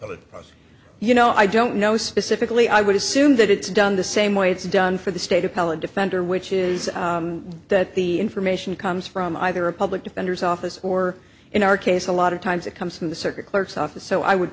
with you know i don't know specifically i would assume that it's done the same way it's done for the state of color defender which is that the information comes from either a public defender's office or in our case a lot of times it comes from the circuit clerk's office so i would